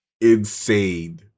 insane